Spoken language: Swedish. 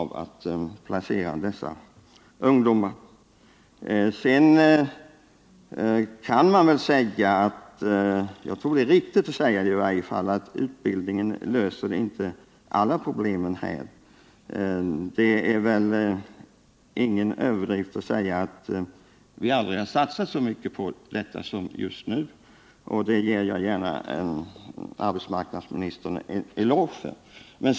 Vidare kan man nog inte räkna med —jag tror att det är ett riktigt antagande — att insatser i form av utbildning löser alla problem. Det är väl ingen överdrift att säga att vi aldrig har satsat så mycket på detta område som just nu. Jag ger gärna arbetsmarknadsministern en eloge härför.